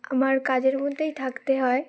আমার কাজের মধ্যেই থাকতে হয়